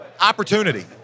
opportunity